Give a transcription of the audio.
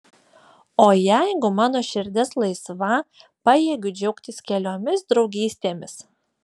o jeigu mano širdis laisva pajėgiu džiaugtis keliomis draugystėmis